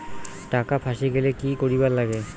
টাকা ফাঁসি গেলে কি করিবার লাগে?